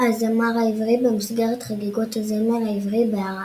הזמר העברי במסגרת "חגיגות הזמר העברי בערד".